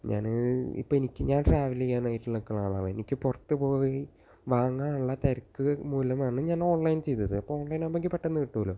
ഞാന് ഇപ്പോൾ എനിക്ക് ഞാന് ട്രാവല് ചെയ്യാനായിട്ട് നിൽക്കുന്ന ആളാണ് എനിക്ക് പുറത്ത് പോയി വാങ്ങാനുള്ള തിരക്ക് മൂലമാണ് ഞാൻ ഓൺലൈൻ ചെയ്തത് അപ്പോൾ ഓൺലൈനാകുമ്പോൾ എനിക്ക് പെട്ടെന്ന് കിട്ടുമല്ലൊ